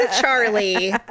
Charlie